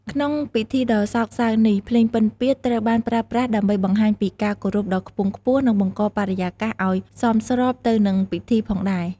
ក្នុងពិធីដ៏សោកសៅនេះ ភ្លេងពិណពាទ្យត្រូវបានប្រើប្រាស់ដើម្បីបង្ហាញពីការគោរពដ៏ខ្ពង់ខ្ពស់ និងបង្កបរិយាកាសឲ្យសមស្របទៅនឹងពិធីផងដែរ។